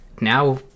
now